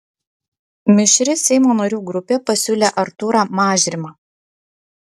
mišri seimo narių grupė pasiūlė artūrą mažrimą